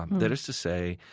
that is to say,